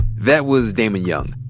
that was damon young,